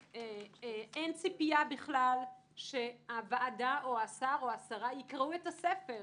שאין ציפייה בכלל שהוועדה או השר או השרה יקראו את הספר,